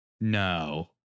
No